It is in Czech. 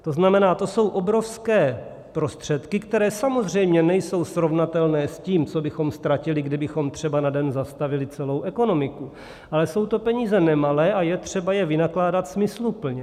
To znamená, to jsou obrovské prostředky, které samozřejmě nejsou srovnatelné s tím, co bychom ztratili, kdybychom třeba na den zastavili celou ekonomiku, ale jsou to peníze nemalé a je třeba je vynakládat smysluplně.